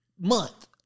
month